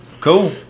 Cool